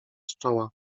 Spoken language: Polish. czoła